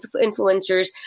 influencers